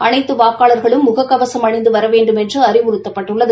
அனைத்து வாக்காளர்களும் முக கவசம் அணிந்து வர வேண்டுமென்று அறிவுறத்தப்பட்டுள்ளது